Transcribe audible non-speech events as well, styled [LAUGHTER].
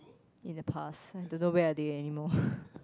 in the past I don't know where are they anymore [BREATH]